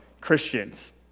Christians